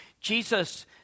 Jesus